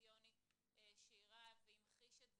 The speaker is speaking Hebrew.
טלוויזיוני שהראה והמחיש את זה,